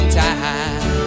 time